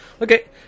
Okay